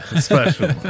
special